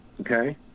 Okay